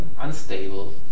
unstable